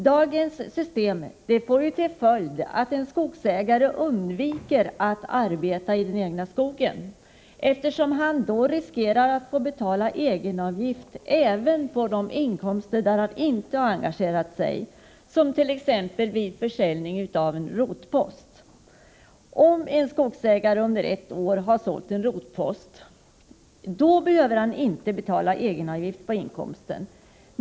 Dagens system får till följd att en skogsägare undviker att arbeta i den egna skogen, eftersom han då riskerar att få betala egenavgift även på inkomster från objekt där han inte har engagerat sig, t.ex. vid försäljning av rotposter. Om en skogsägare under ett år har sålt en rotpost behöver han inte betala egenavgift på inkomsten.